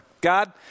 God